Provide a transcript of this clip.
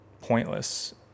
pointless